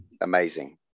amazing